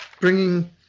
bringing